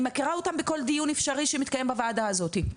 מכירה אותם בכל דיון אפשרי שמתקיים בוועדה הזאתי.